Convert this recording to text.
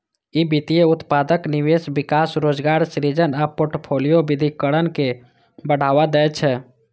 ई वित्तीय उत्पादक निवेश, विकास, रोजगार सृजन आ फोर्टफोलियो विविधीकरण के बढ़ावा दै छै